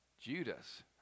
Judas